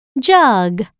Jug